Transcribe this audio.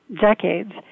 decades